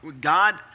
God